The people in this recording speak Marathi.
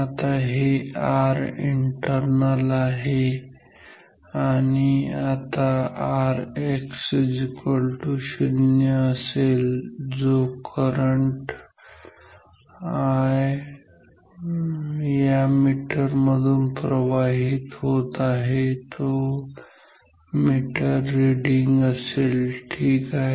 आता हे Rinternal आहे आणि आता Rx0 असेल तर जो करंट I या मीटर मधून प्रवाहित होत आहे तो मीटर रीडिंग असेल ठीक आहे